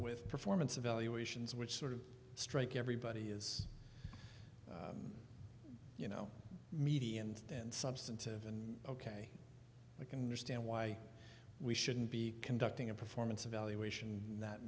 with performance evaluations which sort of strike everybody is you know median and substantive and ok i can understand why we shouldn't be conducting a performance evaluation that